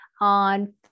on